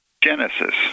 Genesis